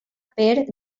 per